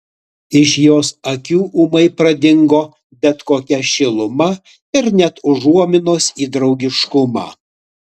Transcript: iš jos akių ūmai pradingo bet kokia šiluma ir net užuominos į draugiškumą